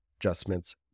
adjustments